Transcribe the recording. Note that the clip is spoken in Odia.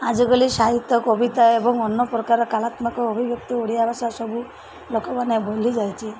ଆଜିକାଲି ସାହିତ୍ୟ କବିତା ଏବଂ ଅନ୍ୟ ପ୍ରକାର କଲାତ୍ମକ ଅଭିବ୍ୟକ୍ତି ଓଡ଼ିଆ ଭାଷା ସବୁ ଲୋକମାନେ ଭୁଲିଯାଇଛି